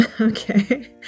Okay